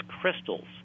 crystals